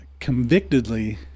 convictedly